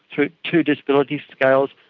two two disability scales,